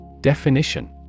Definition